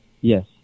Yes